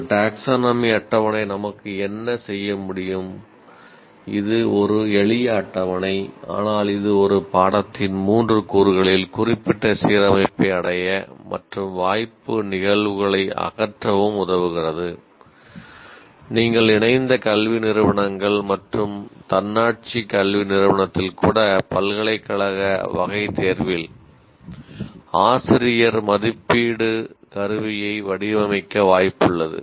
ஒரு டாக்சோனாமி அடைய முடியாது